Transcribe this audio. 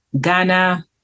Ghana